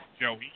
Joey